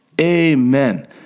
amen